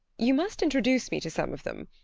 you must introduce me to some of them.